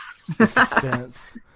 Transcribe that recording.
suspense